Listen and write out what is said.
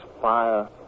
fire